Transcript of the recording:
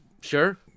Sure